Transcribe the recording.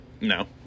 No